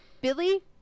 Billy